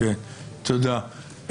תודה.